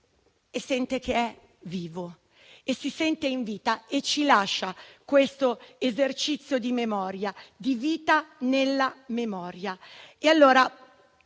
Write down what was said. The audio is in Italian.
e sente che è vivo, si sente in vita e ci lascia questo esercizio di memoria e di vita nella memoria. Signor